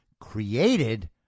created